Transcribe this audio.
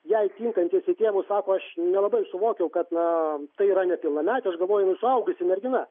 jai tinkantis į tėvus sako aš nelabai suvokiau kad na tai yra nepilnametė aš galvojau suaugusi mergina